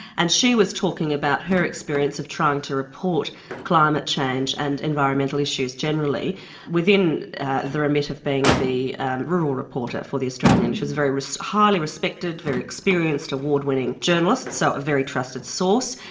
and she was talking about her experience of trying to report climate change and environmental issues generally within the remit of being the rural reporter for the australian. she was a very, highly respected, very experienced award-winning journalist, so a very trusted source,